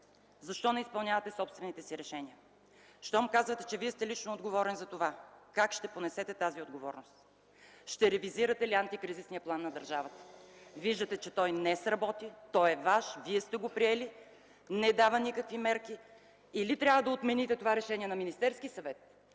защо не изпълнявате собствените си решения? Щом казвате, че Вие сте лично отговорен за това, как ще понесете тази отговорност? Ще ревизирате ли антикризисния план на държавата? Виждате, че той не сработи, но той е ваш, вие сте го приели, а не дава никакви мерки. Или трябва да отмените това решение на Министерския съвет,